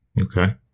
Okay